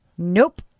Nope